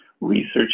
research